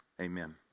Amen